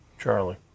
Charlie